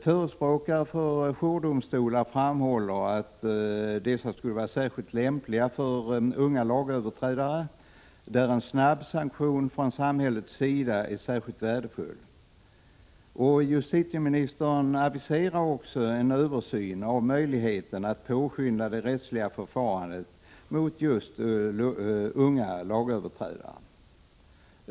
Förespråkare för jourdomstolar framhåller att dessa skulle vara särskilt lämpliga för unga lagöverträdare, där en snabb sanktion från samhället sida är särskilt värdefull. Justitieministern aviserar också en översyn av möjligheterna att påskynda det rättsliga förfarandet mot just unga lagöverträdare.